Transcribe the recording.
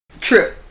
True